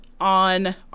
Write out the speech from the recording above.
on